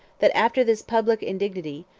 that, after this public indignity,